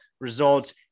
results